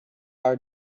are